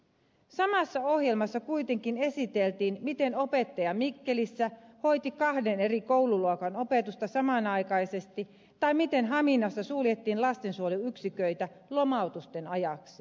samassa ohjelmassa kuitenkin esiteltiin miten opettaja mikkelissä hoiti kahden eri koululuokan opetusta samanaikaisesti tai miten haminassa suljettiin lastensuojeluyksiköitä lomautusten ajaksi